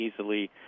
easily